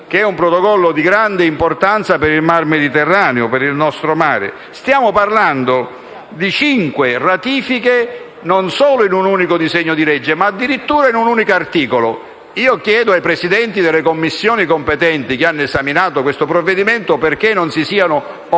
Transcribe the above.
che è di grande importanza per il Mar Mediterraneo. Stiamo parlando di cinque ratifiche non solo in un unico disegno di legge, ma addirittura in un unico articolo. Chiedo ai Presidenti delle Commissioni competenti, che hanno esaminato questo provvedimento, perché non si siano opposti